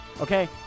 Okay